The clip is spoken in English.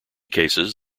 cases